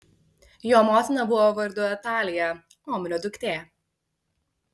jo motina buvo vardu atalija omrio duktė